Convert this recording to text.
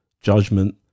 judgment